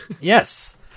Yes